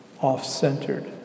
off-centered